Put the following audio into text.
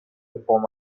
before